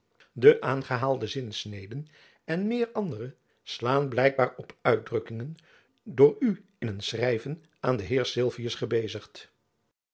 de aangehaalde zinsneden en meer andere slaan blijkbaar op uitdrukkingen door u in een schrijven aan den heer sylvius gebezigd